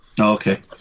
okay